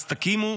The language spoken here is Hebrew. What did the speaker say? אז תקימו